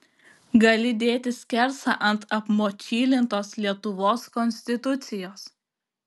gali dėti skersą ant apmočylintos lietuvos konstitucijos